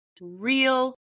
real